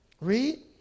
Read